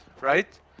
right